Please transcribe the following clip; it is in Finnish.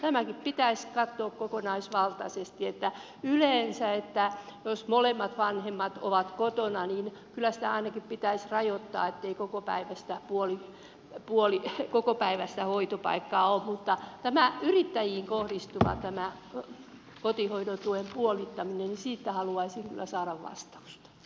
tämäkin pitäisi katsoa kokonaisvaltaisesti että jos molemmat vanhemmat ovat kotona niin kyllä sitä ainakin pitäisi rajoittaa niin ettei kokopäiväistä hoitopaikkaa ole mutta tästä yrittäjiin kohdistuvan kotihoidon tuen puolittamisesta haluaisin kyllä saada vas tauksen